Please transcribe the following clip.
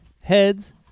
Heads